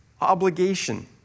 obligation